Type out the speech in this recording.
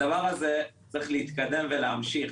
הדבר הזה צריך להתקדם ולהמשיך.